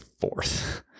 fourth